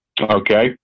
Okay